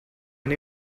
and